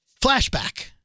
Flashback